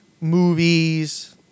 movies